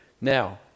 Now